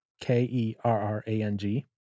K-E-R-R-A-N-G